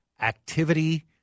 activity